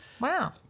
Wow